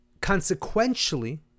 Consequently